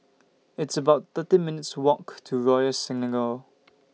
It's about thirteen minutes' Walk to Royal Selangor